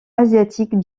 asiatiques